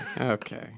Okay